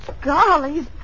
golly